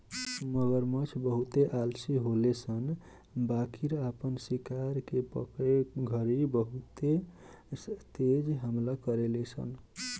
मगरमच्छ बहुते आलसी होले सन बाकिर आपन शिकार के पकड़े घड़ी बहुत तेज हमला करेले सन